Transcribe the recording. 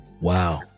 Wow